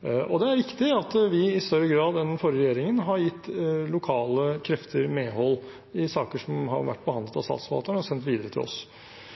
Det er riktig at vi, i større grad enn den forrige regjeringen, har gitt lokale krefter medhold i saker som har vært behandlet av Statsforvalteren og sendt videre til oss